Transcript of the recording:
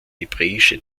hebräische